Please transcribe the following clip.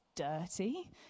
dirty